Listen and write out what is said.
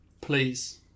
Please